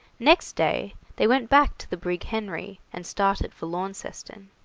next day they went back to the brig henry, and started for launceston.